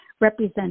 represent